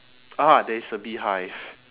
ah there is a beehive